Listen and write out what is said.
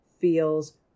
feels